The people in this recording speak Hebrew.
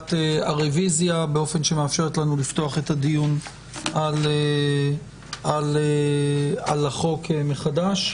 קבלת הרביזיה באופן שמאפשר לנו לפתוח לנו את הדיון על החוק מחדש.